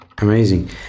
Amazing